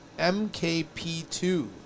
MKP2